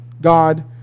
God